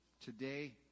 today